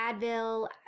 Advil